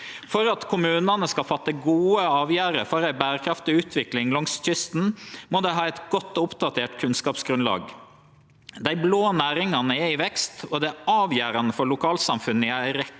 For at kommunane skal fatte gode avgjerder for ei berekraftig utvikling langs kysten, må dei ha eit godt og oppdatert kunnskapsgrunnlag. Dei blå næringane er i vekst, og det er avgjerande for lokalsamfunn i ei rekkje